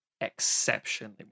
exceptionally